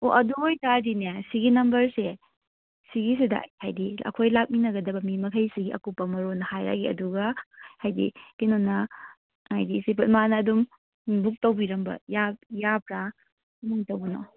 ꯑꯣ ꯑꯗꯨ ꯑꯣꯏ ꯇꯥꯔꯗꯤꯅꯦ ꯁꯤꯒꯤ ꯅꯝꯕꯔꯁꯦ ꯁꯤꯒꯤꯁꯤꯗ ꯍꯥꯏꯗꯤ ꯑꯩꯈꯣꯏ ꯂꯥꯛꯃꯤꯟꯅꯒꯗꯕ ꯃꯤ ꯃꯈꯩꯁꯤꯒꯤ ꯑꯀꯨꯞꯄ ꯃꯔꯣꯜ ꯍꯥꯏꯔꯛꯑꯒꯦ ꯑꯗꯨꯒ ꯍꯥꯏꯗꯤ ꯀꯩꯅꯣꯅ ꯍꯥꯏꯗꯤ ꯏꯆꯦꯗꯣ ꯃꯥꯅ ꯑꯗꯨꯝ ꯕꯨꯛ ꯇꯧꯕꯤꯔꯝꯕ ꯌꯥꯕ꯭ꯔꯥ ꯀꯃꯥꯏꯅ ꯇꯧꯕꯅꯣ